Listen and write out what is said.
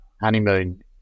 Honeymoon